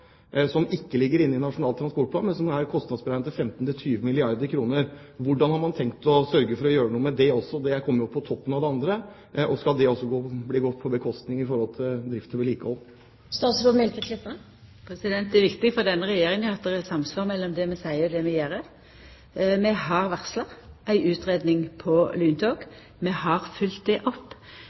som ikke ligger inne i Nasjonal transportplan, men som er kostnadsberegnet til 15–20 milliarder kr. Hvordan har man tenkt å sørge for å gjøre noe med det også? Det kommer jo på toppen av det andre. Skal det også gå på bekostning av drift og vedlikehold? Det er viktig for denne regjeringa at det er samsvar mellom det vi seier, og det vi gjer. Vi har varsla ei utgreiing om lyntog. Vi har følgt opp det